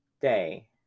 day